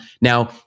Now